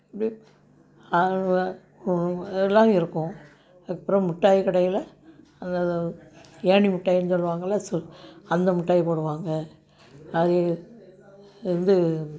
எல்லாம் இருக்கும் அப்புறம் மிட்டாய் கடையில் அந்த இதை ஏணி மிட்டாய்னு சொல்லுவாங்கல்ல சு அந்த மிட்டாயி போடுவாங்க அது வந்து